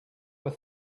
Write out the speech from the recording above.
were